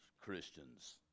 Christians